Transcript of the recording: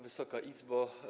Wysoka Izbo!